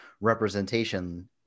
representation